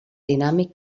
dinàmic